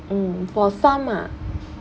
mm for some ah